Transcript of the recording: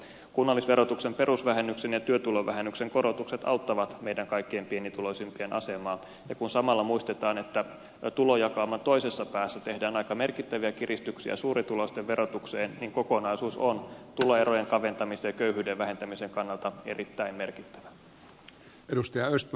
kunnallisverotuksen perusvähennyksen ja työtulovähennyksen korotukset auttavat meillä kaikkein pienituloisimpien asemaa ja kun samalla muistetaan että tulojakauman toisessa päässä tehdään aika merkittäviä kiristyksiä suurituloisten verotukseen niin kokonaisuus on tuloerojen kaventamisen ja köyhyyden vähentämisen kannalta erittäin merkittävä